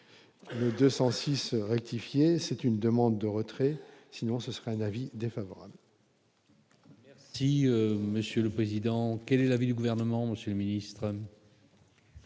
206 rectifier c'est une demande de retrait, sinon ce serait un avis défavorable. Si Monsieur le Président, quel est l'avis du gouvernement, Monsieur le ministre.